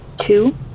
Two